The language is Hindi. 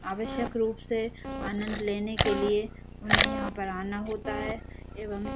आवश्यक रूप से आनंद लेने के लिए उन्हें यहाँ पर आना होता है एवं